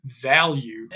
value